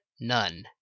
None